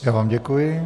Já vám děkuji.